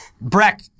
Breck